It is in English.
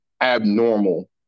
abnormal